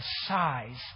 size